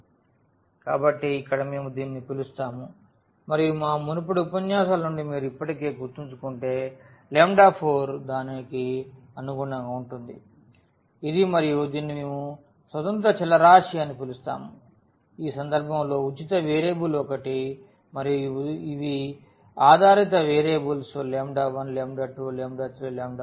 b0 0 0 కాబట్టి ఇక్కడ మేము దీనిని పిలుస్తాము మరియు మా మునుపటి ఉపన్యాసాల నుండి మీరు ఇప్పటికే గుర్తుంచుకుంటే 4దానికి అనుగుణంగా ఉంటుంది ఇది మరియు దీనిని మేము స్వతంత్ర చలరాశి అని పిలుస్తాము ఈ సందర్భంలో ఉచిత వేరియబుల్ ఒకటి మరియు ఇవి ఆధారిత వేరియబుల్స్ 1 2 3 4